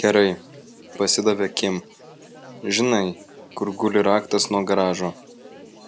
gerai pasidavė kim žinai kur guli raktas nuo garažo